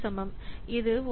இது 1027